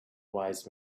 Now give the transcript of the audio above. wise